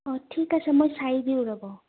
অঁ ঠিক আছে মই চাই দিও ৰ'ব